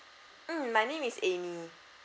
mm my name is amy